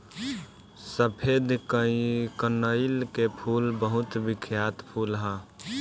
सफेद कनईल के फूल बहुत बिख्यात फूल ह